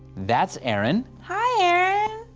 that's aaron. hi, aaron.